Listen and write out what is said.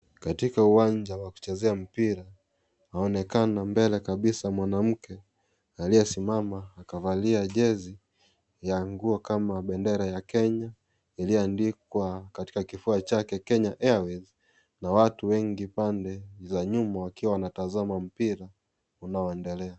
Katika uwanja wa kuchezea mpira, kunaonekana mbele kabisa mwanamke aliyesimama akavalia jezi ya nguo kama bendera ya Kenya iliyoandikwa katika kituo chake Kenya Airways na watu wengi upande wa nyuma wanatazama mpira unaoendelea.